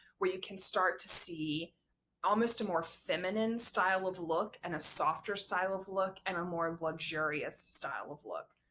where you can start to see almost a more feminine style of look and a softer style of look and a more luxurious style of look.